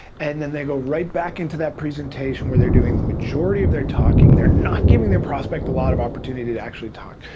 and then then go right back into that presentation where they're doing the majority of their talking. they're not giving their prospect a lot of opportunity to actually talk.